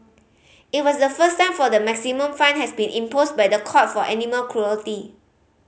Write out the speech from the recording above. it was the first time for the maximum fine has been imposed by the court for animal cruelty